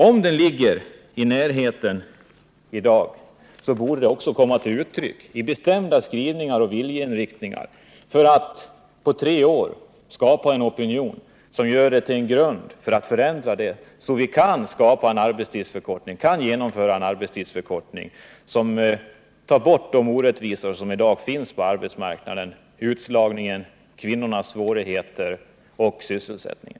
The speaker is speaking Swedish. Om den ligger inom räckhåll i dag borde detta också komma till uttryck i bestämda skrivningar och viljeyttringar, så att man på tre år skulle kunna skapa en opinion som kan ligga till grund för att genomföra en arbetstidsförkortning, som tar bort de orättvisor som i dag finns på arbetsmarknaden: Utslagningen, kvinnornas svårigheter 7n och sysselsättningen.